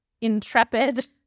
intrepid